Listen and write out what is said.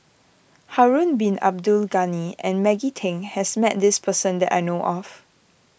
Harun Bin Abdul Ghani and Maggie Teng has met this person that I know of